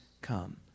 come